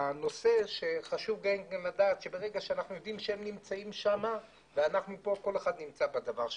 חשוב גם לדעת שכל אחד נמצא בתחום שלו.